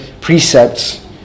precepts